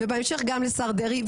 ובהמשך גם לשר דרעי,